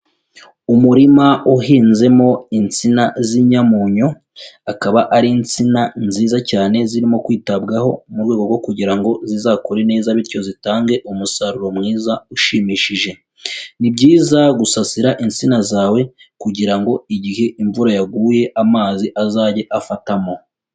Umurima uhinzemo insina z'inyamunyo, akaba ari insina nziza cyane zirimo kwitabwaho mu rwego rwo kugira zizakure neza bityo zitange umusaruro mwiza ushimishije, ni byiza gusasira insina zawe kugira ngo igihe imvura yaguye amazi azage afatamo.